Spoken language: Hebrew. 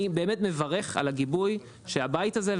אני באמת מברך על הגיבוי שהבית הזה,